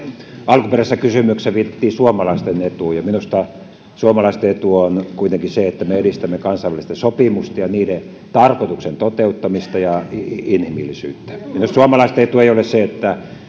alkuperäisessä kysymyksessä viitattiin suomalaisten etuun ja minusta suomalaisten etu on kuitenkin se että me edistämme kansainvälisten sopimusten ja niiden tarkoituksen toteuttamista ja inhimillisyyttä minusta suomalaisten etu ei ole se että